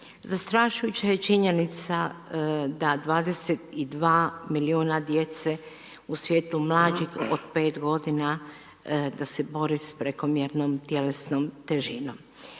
Zastrašujuća je činjenica da 22 milijuna djece u svijetu, mlađih od 5 godina, da se bori sa prekomjernom tjelesnom težinom.